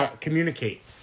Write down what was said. communicate